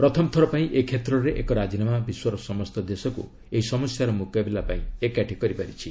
ପ୍ରଥମଥର ପାଇଁ ଏ କ୍ଷେତ୍ରରେ ଏକ ରାଜିନାମା ବିଶ୍ୱର ସମସ୍ତ ଦେଶକୁ ଏହି ସମସ୍ୟାର ମୁକାବିଲା ପାଇଁ ଏକାଠି କରିପାରିଛି